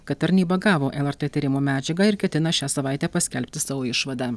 kad tarnyba gavo lrt tyrimo medžiagą ir ketina šią savaitę paskelbti savo išvadą